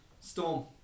Storm